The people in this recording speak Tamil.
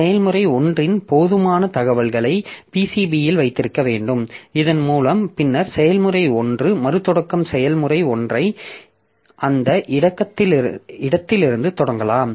செயல்முறை 1 இன் போதுமான தகவலை PCBயில் வைத்திருக்க வேண்டும் இதன் மூலம் பின்னர் செயல்முறை 1 மறுதொடக்கம் செயல்முறை 1 ஐ அந்த இடத்திலிருந்து தொடங்கலாம்